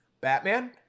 Batman